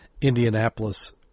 Indianapolis